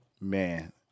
man